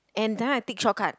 and then I take shortcut